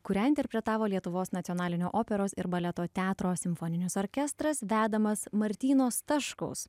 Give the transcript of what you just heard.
kurią interpretavo lietuvos nacionalinio operos ir baleto teatro simfoninis orkestras vedamas martyno staškaus